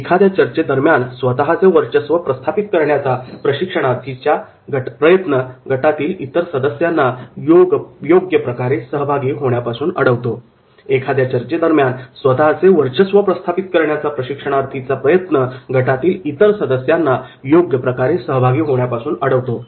एखाद्या चर्चेदरम्यान स्वतःचे वर्चस्व प्रस्थापित करण्याचा प्रशिक्षणार्थीचा प्रयत्न गटातील इतर सदस्यांना योग्यप्रकारे सहभागी होण्यापासून अडवतो